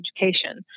education